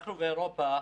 אנחנו ואירופה,